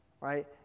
right